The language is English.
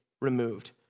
removed